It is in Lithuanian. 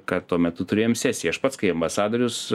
kad tuo metu turėjom sesiją aš pats kai ambasadorius